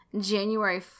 January